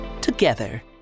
together